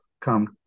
come